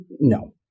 No